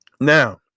Now